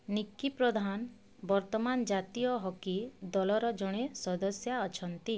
ନିକି ପ୍ରଧାନ ବର୍ତ୍ତମାନ ଜାତୀୟ ହକି ଦଳର ଜଣେ ସଦସ୍ୟା ଅଛନ୍ତି